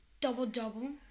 double-double